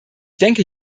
denke